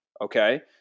Okay